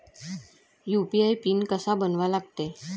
UPI PIN कसा बनवा लागते?